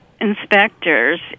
inspectors